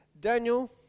Daniel